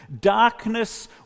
Darkness